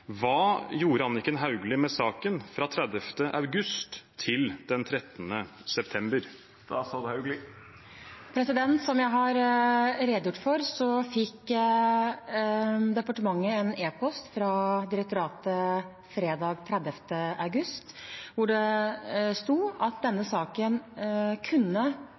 Hva gjorde Anniken Hauglie med saken fra 30. august til 13. september? Som jeg har redegjort for, fikk departementet en e-post fra direktoratet fredag 30. august, hvor det sto at denne saken kunne